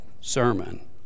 sermon